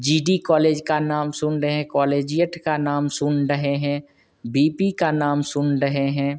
जी D college का नाम सुन रहे हैं कालिजियेट का नाम सुन रहे हैं बी पी का नाम सुन रहे हैं